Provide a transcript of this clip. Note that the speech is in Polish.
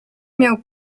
miał